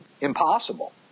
impossible